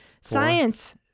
science